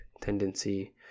tendency